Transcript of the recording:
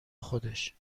خودش